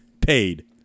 paid